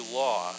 law